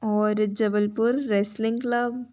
और Jabalpur wrestling club